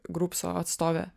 grupso atstovė